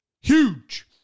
Huge